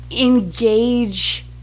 engage